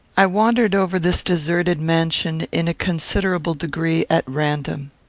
i wandered over this deserted mansion, in a considerable degree, at random.